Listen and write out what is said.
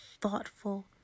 thoughtful